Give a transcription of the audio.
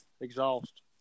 exhaust